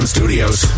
Studios